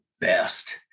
best